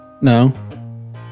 No